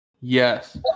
Yes